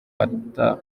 ata